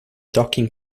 docking